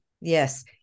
Yes